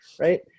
right